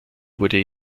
wurde